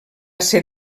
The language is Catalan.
ser